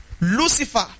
Lucifer